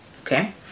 Okay